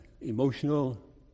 emotional